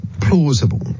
plausible